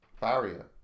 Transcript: barrier